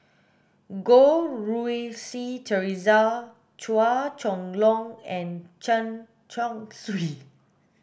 Goh Rui Si Theresa Chua Chong Long and Chen Chong Swee